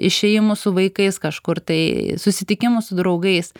išėjimu su vaikais kažkur tai susitikimu su draugais